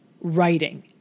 writing